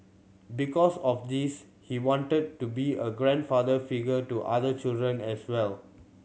because of this he wanted to be a grandfather figure to other children as well